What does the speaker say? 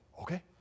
okay